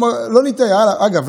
אגב,